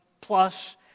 plus